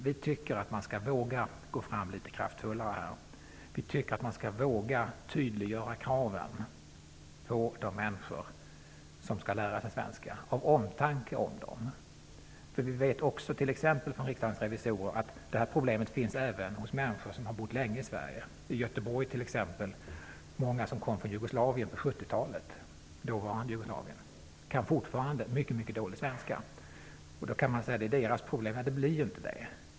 Vi tycker att man här skall våga gå fram litet kraftfullare. Vi tycker att man skall våga tydliggöra kraven på de människor som skall lära sig svenska av omtanke om dem. Vi vet från t.ex. Riksdagens revisorer att detta problem även finns hos människor som har bott länge i Sverige. I t.ex. Göteborg finns många som på 70-talet kom från dåvarande Jugoslavien och som fortfarande kan svenska mycket dåligt. Man skulle kunna säga att det är deras problem. Men det är inte det.